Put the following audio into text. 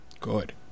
Good